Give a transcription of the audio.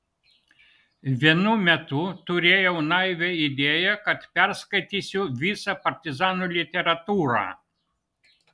vienu metu turėjau naivią idėją kad perskaitysiu visą partizanų literatūrą